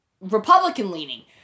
Republican-leaning